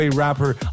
rapper